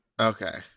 Okay